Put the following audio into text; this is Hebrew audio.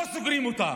לא סוגרים אותם.